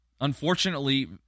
Unfortunately